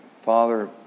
Father